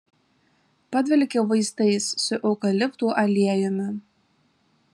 padvelkė vaistais su eukaliptų aliejumi